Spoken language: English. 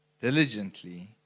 diligently